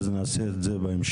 אז נעשה את זה בהמשך.